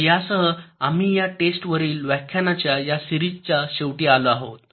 तर यासह आम्ही या टेस्ट वरील व्याख्यानांच्या या सिरीजच्या शेवटी आलो आहोत